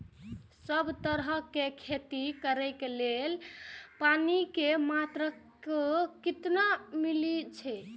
सब तरहक के खेती करे के लेल पानी के मात्रा कितना मिली अछि?